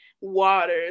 water